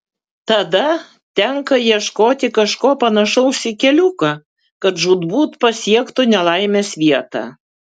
tada tenka ieškoti kažko panašaus į keliuką kad žūtbūt pasiektų nelaimės vietą